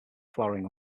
flowering